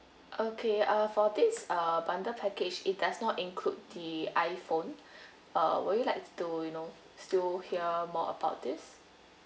okay uh for this uh bundle package it does not include the iPhone uh would you like to you know still hear more about this